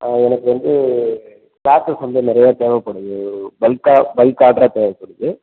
ஆ எனக்கு வந்து க்ளாத்தஸ் வந்து நிறையா தேவைப்படுது பல்க்காக பல்க் ஆடரா தேவைப்படுது